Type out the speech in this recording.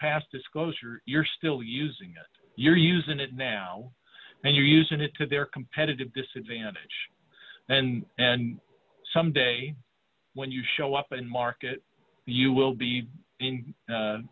past disclosure you're still using it you're using it now and you're using it to their competitive disadvantage then and someday when you show up and market you will be